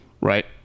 Right